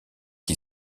qui